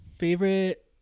Favorite